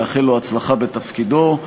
ולאחל לו הצלחה בתפקידו,